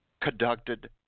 conducted